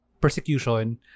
persecution